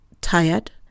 tired